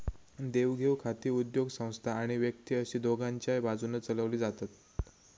देवघेव खाती उद्योगसंस्था आणि व्यक्ती अशी दोघांच्याय बाजून चलवली जातत